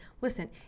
Listen